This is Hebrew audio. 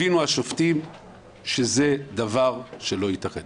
השופטים הבינו שזה דבר שלא ייתכן.